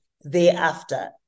thereafter